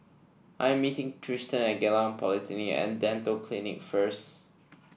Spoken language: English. I am meeting Tristan at Geylang Polyclinic and Dental Clinic first